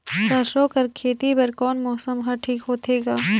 सरसो कर खेती बर कोन मौसम हर ठीक होथे ग?